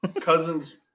Cousins